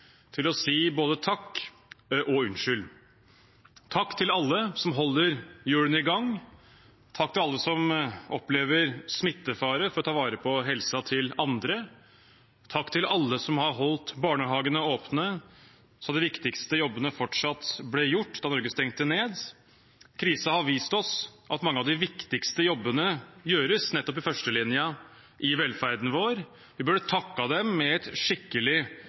til å si både takk og unnskyld – takk til alle som holder hjulene i gang, takk til alle som opplever smittefare for å ta vare på helsen til andre, takk til alle som har holdt barnehagene åpne, så de viktigste jobbene fortsatt ble gjort da Norge stengte ned. Krisen har vist oss at mange av de viktigste jobbene gjøres nettopp i førstelinjen i velferden vår. Vi burde takket dem med et skikkelig